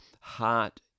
heart